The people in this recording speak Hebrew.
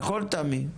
נכון, תמי?